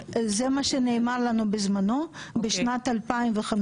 זה מה שנאמר לנו בזמנו, בשנת 2015